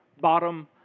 bottom